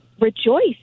rejoice